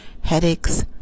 headaches